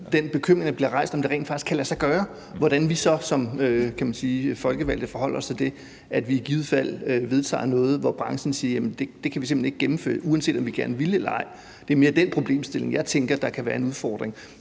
den bekymring, der bliver rejst, om, hvorvidt det rent faktisk kan lade sig gøre, og hvordan vi så som folkevalgte forholder os til det, altså at vi i givet fald vedtager noget, som branchen siger de simpelt hen ikke kan gennemføre, uanset om de gerne ville. Det er mere den problemstilling, jeg tænker kan være en udfordring.